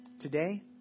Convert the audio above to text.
Today